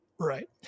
Right